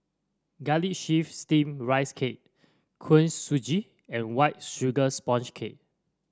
Garlic Chives Steamed Rice Cake Kuih Suji and White Sugar Sponge Cake